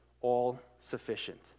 all-sufficient